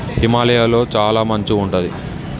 హిమాలయ లొ చాల మంచు ఉంటది